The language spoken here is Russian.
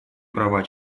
права